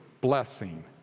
blessing